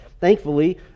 Thankfully